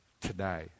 today